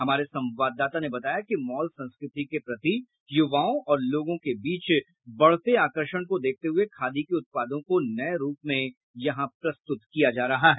हमारे संवाददाता ने बताया कि मॉल संस्कृति के प्रति युवाओं और लोगों के बीच बढ़ते आकर्षण को देखते हुए खादी के उत्पादों को नये रुप में यहां प्रस्तुत किया जा रहा है